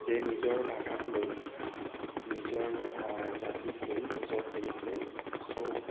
যে নিজৰ ভাষাক লৈ নিজৰ জাতিক লৈ নিজৰ হেৰিক লৈ চব